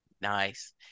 Nice